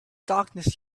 darkness